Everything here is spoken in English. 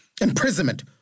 imprisonment